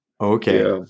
Okay